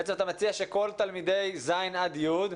האם אתה מציע שכל התלמידים בכיתות ז' עד י',